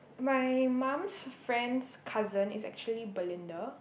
my mum's friend's cousin is actually Belinda